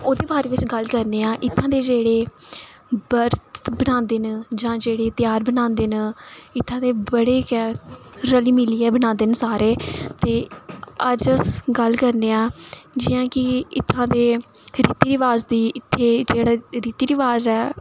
ओह्दे बारै च गल्ल करने आं इत्थूं दे जेह्ड़े बर्त मनांदे न जां जेह्ड़े ध्यार मनांदे न इत्थूं दे बड़े गै रली मिलियै मनांदे न सारे अज्ज अस गल्ल करने आं जि'यां कि इत्थूं दे रीति रवाज़ दी इत्थै जेह्ड़ा रीति रवाज़ ऐ